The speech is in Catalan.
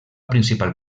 principal